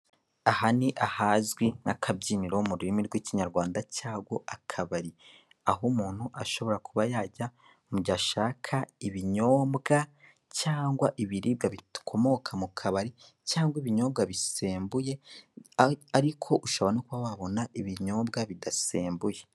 Aha ni ahazwi nk'akabyiniro mu rurimi rw'Ikinyarwanda cyangwa akabari aho umuntu ashobora kuba yajya mu gihe ashaka ibinyobwa cyangwa ibiribwa bikomoka mu kabari cyangwa ibinyobwa bisembuye ariko ushobora no kuba wabona ibinyobwa bidasembuye.